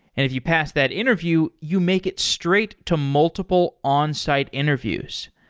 if you pass that interview, you make it straight to multiple onsite interviews.